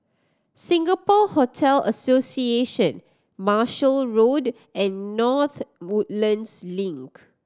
Singapore Hotel Association Marshall Road and North Woodlands Link